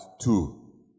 Two